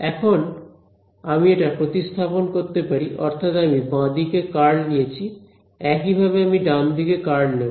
এখন আমি এটা প্রতিস্থাপন করতে পারি অর্থাৎ আমি বাঁ দিকে কার্ল নিয়েছি একইভাবে আমি ডান দিকে কার্ল নেব